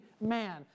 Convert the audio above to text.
man